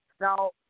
Now